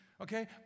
Okay